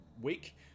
week